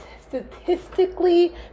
statistically